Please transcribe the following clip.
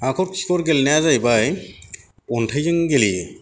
हाखर खिखर गेलेनाया जाहैबाय अन्थाइजों गेलेयो